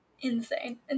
insane